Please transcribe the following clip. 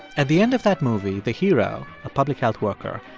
at the end of that movie, the hero, a public health worker,